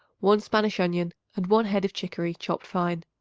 one spanish onion and one head of chicory chopped fine.